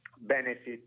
benefit